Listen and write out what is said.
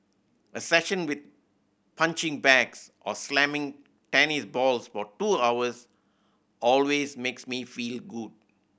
a session with punching bags or slamming tennis balls for two hours always makes me feel good